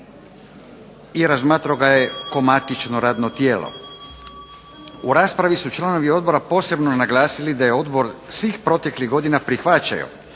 i razmatrao ga je kao matično radno tijelo. U raspravi su članovi odbora posebno naglasili da je odbor svih proteklih godina prihvaćao